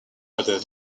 other